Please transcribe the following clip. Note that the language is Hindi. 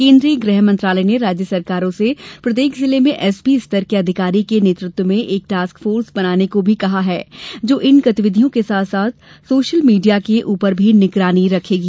केन्द्रीय गृहमंत्रालय ने राज्य सरकारों से प्रत्येक जिले में एसपी स्तर के अधिकारी के नेतृत्व में एक टास्क फोर्स बनाने को भी कहा है जो इन गतिविधियों के साथ साथ सोशल मीडिया के उपर भी निगरानी रखेगी